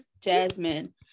Jasmine